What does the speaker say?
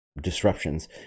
disruptions